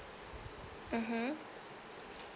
mmhmm